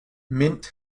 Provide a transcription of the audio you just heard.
mint